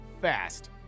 fast